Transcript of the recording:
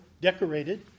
decorated